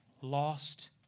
Lost